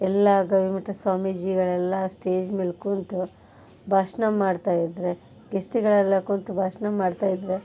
ಎಲ್ಲ ಗವಿಮಠದ್ ಸ್ವಾಮೀಜಿಗಳೆಲ್ಲ ಸ್ಟೇಜ್ ಮೇಲೆ ಕೂತು ಭಾಷ್ಣ ಮಾಡ್ತಾ ಇದ್ದರೆ ಗೆಸ್ಟ್ಗಳೆಲ್ಲ ಕೂತು ಭಾಷ್ಣ ಮಾಡ್ತಾ ಇದ್ದರೆ